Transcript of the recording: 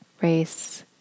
race